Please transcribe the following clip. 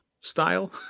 style